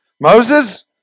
Moses